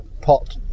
pot